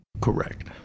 Correct